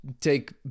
take